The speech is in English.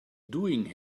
doing